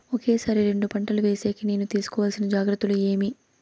ఒకే సారి రెండు పంటలు వేసేకి నేను తీసుకోవాల్సిన జాగ్రత్తలు ఏమి?